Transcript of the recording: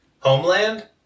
Homeland